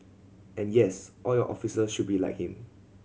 and yes all your officers should be like him